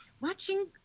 watching